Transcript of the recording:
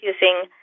using